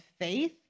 faith